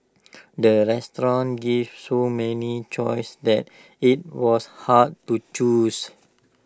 the restaurant give so many choices that IT was hard to choose